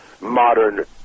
modern